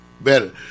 Better